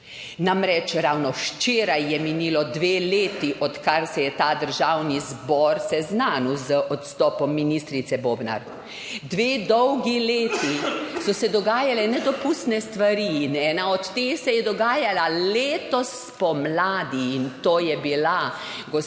Namreč, ravno včeraj je minilo dve leti, odkar se je ta državni zbor seznanil z odstopom ministrice Bobnar. Dve dolgi leti so se dogajale nedopustne stvari. In ena od teh se je dogajala letos spomladi, in to je bila gospa